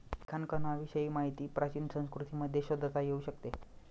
लेखांकनाविषयी माहिती प्राचीन संस्कृतींमध्ये शोधता येऊ शकते